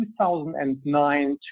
2009